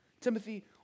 Timothy